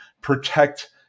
protect